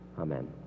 Amen